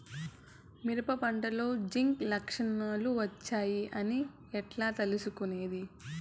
మిరప పంటలో జింక్ లక్షణాలు వచ్చాయి అని ఎట్లా తెలుసుకొనేది?